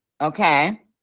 Okay